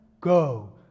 go